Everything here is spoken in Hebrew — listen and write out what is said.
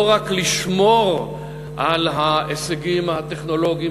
לא רק לשמור על ההישגים הטכנולוגיים